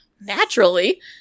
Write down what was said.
Naturally